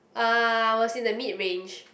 ah I was in the mid range